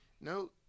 No